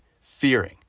fearing